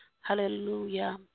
Hallelujah